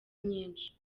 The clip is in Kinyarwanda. nyinshi